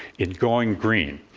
in going green.